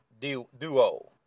duo